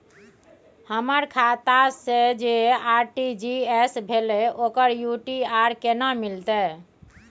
हमर खाता से जे आर.टी.जी एस भेलै ओकर यू.टी.आर केना मिलतै?